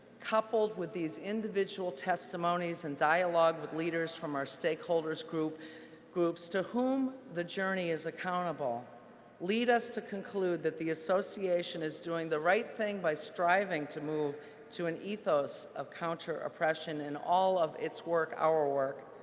coupled with these individual testimonies in dialogue with leaders from our stakeholders groups groups to whom the journey is accountable lead us to conclude that the association is doing the right thing by striving to move to an ethos of counter oppression in all of its work, our work,